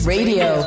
Radio